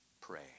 pray